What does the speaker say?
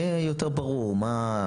שיהיה יותר ברור מה,